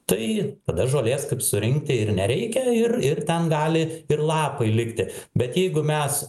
tai tada žolės kaip surinkti ir nereikia ir ir ten gali ir lapai likti bet jeigu mes